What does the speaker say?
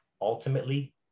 Ultimately